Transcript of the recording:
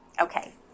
Okay